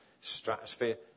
stratosphere